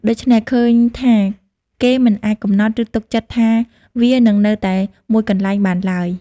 ដូច្នេះ ឃើញថា គេមិនអាចកំណត់ ឬទុកចិត្តថាវានឹងនៅតែមួយកន្លែងបានឡើយ ។